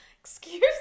Excuse